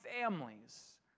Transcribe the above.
families